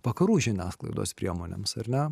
vakarų žiniasklaidos priemonėms ar ne